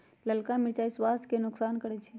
ललका मिरचाइ स्वास्थ्य के नोकसान करै छइ